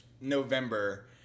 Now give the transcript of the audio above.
November